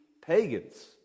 pagans